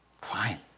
fine